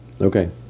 okay